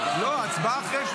לא, ההצבעה אחרי.